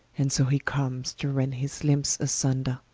and so he comes, to rend his limbes asunder.